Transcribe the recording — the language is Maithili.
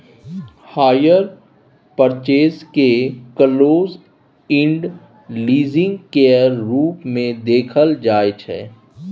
हायर पर्चेज केँ क्लोज इण्ड लीजिंग केर रूप मे देखाएल जाइ छै